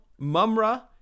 Mumra